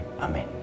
Amen